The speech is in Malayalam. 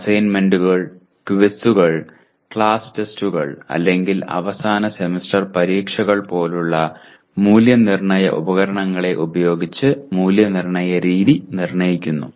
അസൈൻമെന്റുകൾ ക്വിസുകൾ ക്ലാസ് ടെസ്റ്റുകൾ അല്ലെങ്കിൽ അവസാന സെമസ്റ്റർ പരീക്ഷകൾ പോലുള്ള മൂല്യനിർണ്ണയ ഉപകരണങ്ങളെ ഉപയോഗിച്ച് മൂല്യനിർണ്ണയ രീതി നിർണ്ണയിക്കുന്നു